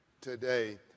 today